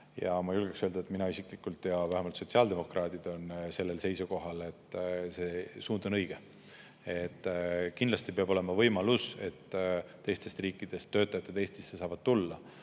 julgen öelda, et mina isiklikult või vähemalt sotsiaaldemokraadid on seisukohal, et see suund on õige. Kindlasti peab olema võimalus, et teiste riikide töötajad saavad Eestisse tulla.